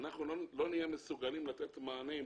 אנחנו לא נהיה מסוגלים לתת מענה עם